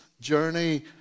journey